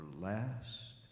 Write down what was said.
last